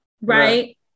Right